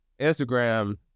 Instagram